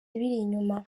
inyuma